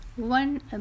One